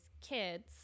kids